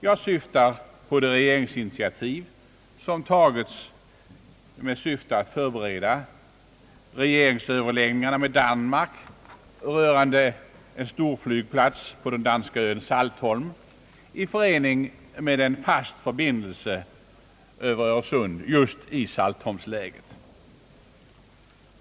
Jag syftar på det initiativ som tagits för att förbereda regeringsöverläggningar med Danmark rörande en storflygplats på den danska ön Saltbolm i förening med en fast förbindelse över Öresund just via Saltholm i Malmö-Köpenhamns-läget.